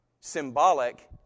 symbolic